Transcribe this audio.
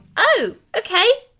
oh, okay!